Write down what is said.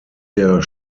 der